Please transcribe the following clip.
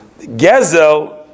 Gezel